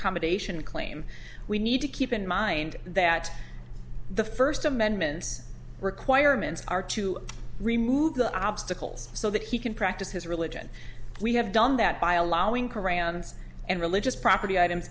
combination claim we need to keep in mind that the first amendment's requirements are to remove the obstacles so that he can practice his religion we have done that by allowing qur'an and religious property items